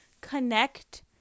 connect